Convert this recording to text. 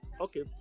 Okay